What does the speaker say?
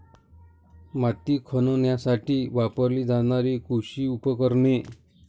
माती खणण्यासाठी वापरली जाणारी कृषी उपकरणे